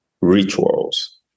rituals